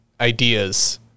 ideas